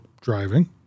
driving